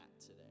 today